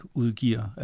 udgiver